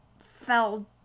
fell